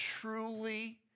truly